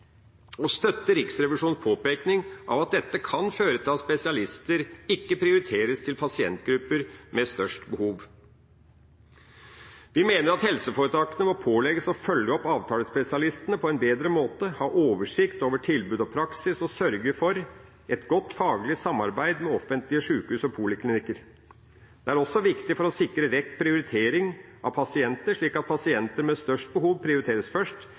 og støtter Riksrevisjonens påpekning av at dette kan føre til at spesialister ikke prioriteres til pasientgrupper med størst behov. Vi mener at helseforetakene må pålegges å følge opp avtalespesialistene på en bedre måte, ha oversikt over tilbud og praksis og sørge for et godt faglig samarbeid med offentlige sjukehus og poliklinikker. Det er også viktig for å sikre rett prioritering av pasienter, slik at pasienter med størst behov prioriteres først,